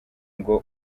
ngo